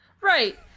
Right